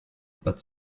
but